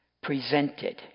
Presented